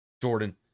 Jordan